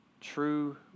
True